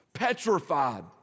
petrified